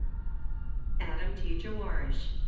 adam t. jawarish.